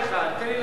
תן לי לענות ואני,